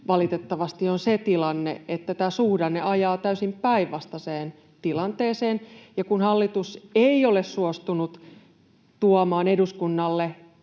valitettavasti on se tilanne, että tämä suhdanne ajaa täysin päinvastaiseen tilanteeseen, ja kun hallitus ei ole suostunut tuomaan eduskunnalle